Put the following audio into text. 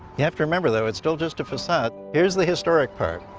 you have to remember though it's still just a facade. here's the historic part.